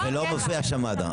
ולא מופיע שם מד"א.